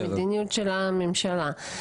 מדיניות של הממשלה.